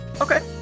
Okay